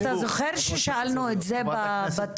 אתה זוכר ששאלנו את זה בבט"פ,